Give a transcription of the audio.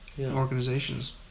organizations